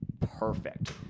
perfect